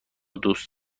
دوست